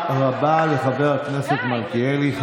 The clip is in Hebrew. תודה רבה לחבר הכנסת מלכיאלי.